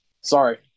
Sorry